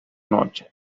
coche